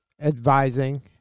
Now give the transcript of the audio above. advising